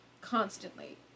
constantly